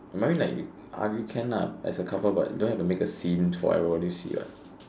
married like argue can ah as a couple but you don't have to make a scene for everybody to see what